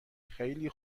خیلی